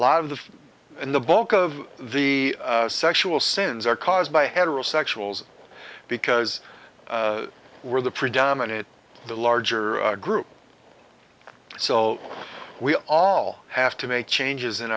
lot of the and the bulk of the sexual sins are caused by heterosexuals because we're the predominate the larger group so we all have to make changes in